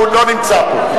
הוא לא נמצא פה.